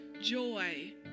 joy